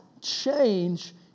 change